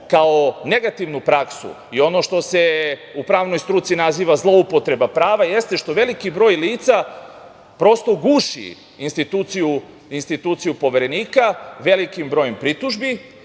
kao negativnu praksu i ono što se u pravnoj struci naziva zloupotreba prava, jeste što veliki broj lica prosto guši instituciju Poverenika velikim brojem pritužbi